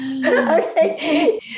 Okay